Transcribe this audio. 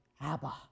Abba